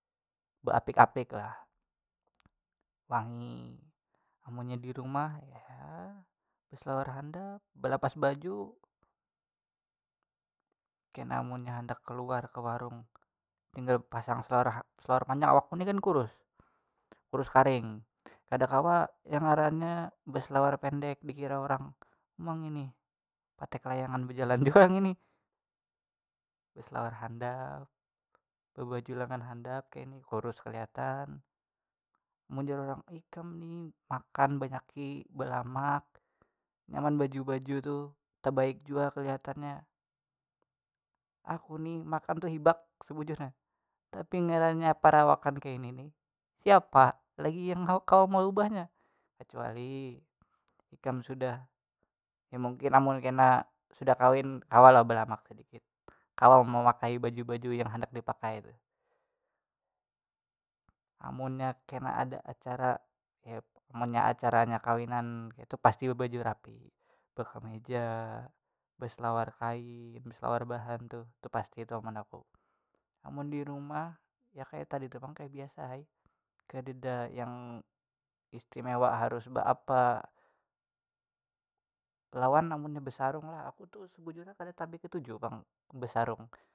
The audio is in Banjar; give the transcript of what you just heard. Beapik apik lah wangi amunnya di rumah ya beselawar handap belapas baju, kena munnya handak kaluar ka warung tinggal pasang salawar- salawar panjang awakku ni kan kurus kurus karing kada kawa yang ngarannya beselawar pendek dikira orang uma ngini patek kelayangan bejalan jua ngini beselawar handap bebaju lengan handap kayani kurus keliatan mun jar orang ikam ni makan banyaki belamak nyaman baju baju tu tebaik jua keliatannya aku ni makan ni hibak tu hibak sebujurnya tapi ngarannya perawakan kayani nih siapa lagi yang kawa meubahnya kecuali ikam sudah ya mungkin amun kena sudah kawin kawa lah belamak sadikit kawa memakai baju baju yang handak dipakai tu, amunnya kena ada acara ya munnya acaranya bekawinan pasti bebaju rapi bekemeja beselawar kain beselawar bahan tuh tu pasti tuh mun aku, amun di ruamh ya kaya tadi tu pang kaya biasa ai kadida yang istimewa harus beapa lawan amunnya besarung lah aku tu sebujurnya kada tapi ketuju pang besarung.